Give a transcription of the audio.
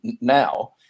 now